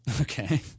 Okay